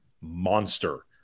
monster